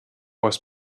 was